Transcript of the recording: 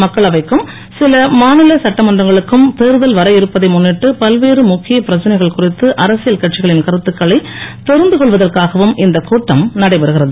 மக்களவைக்கும் சில மாநில சட்டமன்றங்களுக்கும் தேர்தல் வர இருப்பதை முன்னிட்டு பல்வேறு முக்கிய பிரச்சனைகள் குறித்து அரசியல் கட்சிகளின் கருத்துக்களை தெரிந்து கொள்வதற்காகவும் இந்த கூட்டம் நடைபெறுகிறது